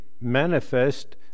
manifest